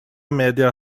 media